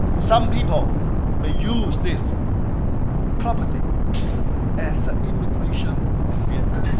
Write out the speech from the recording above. some people may use this property as an immigration vehicle.